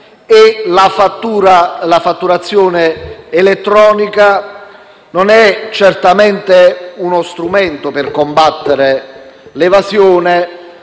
La fatturazione elettronica, inoltre, non è certamente uno strumento per combattere l'evasione,